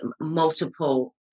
multiple